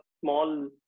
small